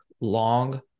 long